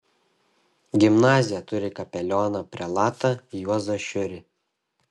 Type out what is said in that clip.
gimnazija turi kapelioną prelatą juozą šiurį